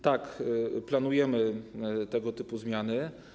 Tak, planujemy tego typu zmiany.